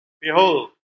behold